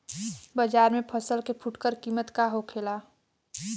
बाजार में फसल के फुटकर कीमत का होखेला?